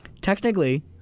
Technically